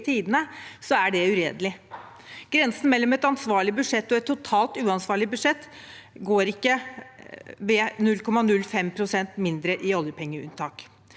er det uredelig. Grensen mellom et ansvarlig budsjett og et totalt uansvarlig budsjett går ikke ved 0,05 pst. mindre i oljepengeuttak.